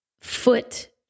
foot